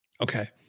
Okay